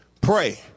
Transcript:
Pray